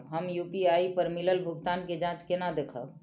हम यू.पी.आई पर मिलल भुगतान के जाँच केना देखब?